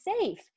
safe